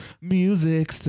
Music